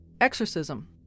Exorcism